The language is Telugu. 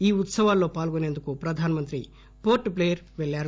ఈ ఉత్సవాల్లో పాల్గొసేందుకు ప్రధానమంత్రి పోర్ట్ బ్లెయర్ పెల్లారు